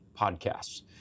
podcasts